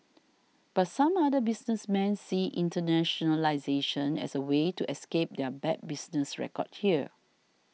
but some other businessmen see internationalisation as a way to escape their bad business record here